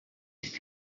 است